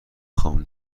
خوام